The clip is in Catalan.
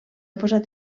posat